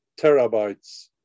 terabytes